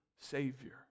Savior